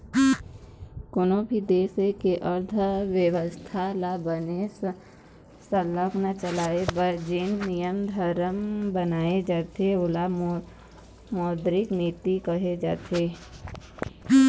कोनों भी देश के अर्थबेवस्था ल बने सरलग चलाए बर जेन नियम धरम बनाए जाथे ओला मौद्रिक नीति कहे जाथे